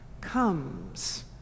comes